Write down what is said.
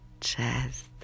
chest